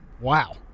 Wow